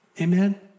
Amen